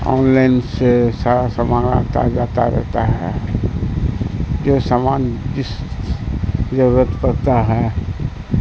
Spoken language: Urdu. آن لائن سے سارا سامان آتا جاتا رہتا ہے جو سامان جس ضرورت پڑتا ہے